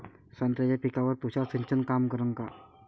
संत्र्याच्या पिकावर तुषार सिंचन काम करन का?